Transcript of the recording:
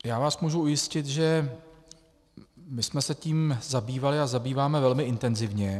Já vás můžu ujistit, že jsme se tím zabývali a zabýváme velmi intenzivně.